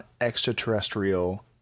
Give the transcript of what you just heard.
extraterrestrial